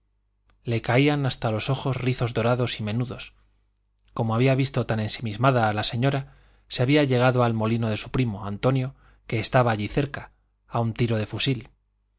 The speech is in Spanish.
le caían hasta los ojos rizos dorados y menudos como había visto tan ensimismada a la señora se había llegado al molino de su primo antonio que estaba allí cerca a un tiro de fusil